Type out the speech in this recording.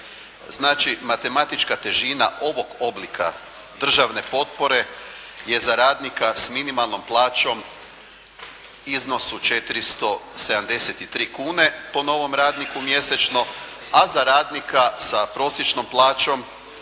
Znači matematička težina ovog oblika državne potpore je za radnika s minimalnom plaćom, iznos od 473 kune po novom radniku mjesečno, a za radnika sa prosječnom plaćom